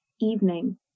evening